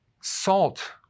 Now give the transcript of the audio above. salt